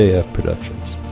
yeah productions